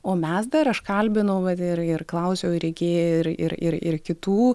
o mes dar aš kalbinau vat ir ir klausiau ir ikea ir ir ir kitų